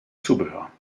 zubehör